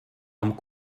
amb